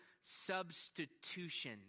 substitution